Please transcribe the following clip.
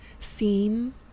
seen